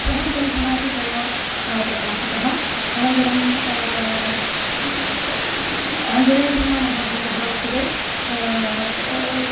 सः ग्रन्थः अपि तया प्रकाशितः अनन्तरम् आञ्जनेयशर्मा महाभागः वर्तते सः